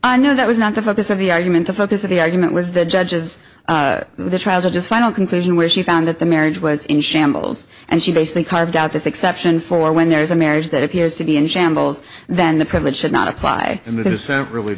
i know that was not the focus of the argument the focus of the argument was the judges the trial judge just final conclusion where she found that the marriage was in shambles and she basically carved out this exception for when there's a marriage that appears to be in shambles then the privilege should not apply and this is really